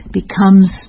becomes